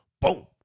Boom